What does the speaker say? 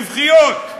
רווחיות,